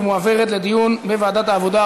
ומועברת לדיון בוועדת העבודה,